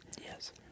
Yes